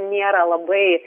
nėra labai